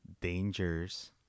dangers